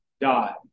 die